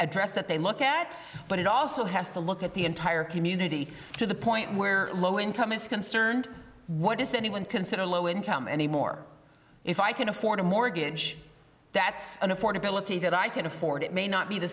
address that they look at but it also has to look at the entire community to the point where low income is concerned what does anyone consider low income anymore if i can afford a mortgage that's an affordability that i can afford it may not be the